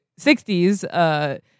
60s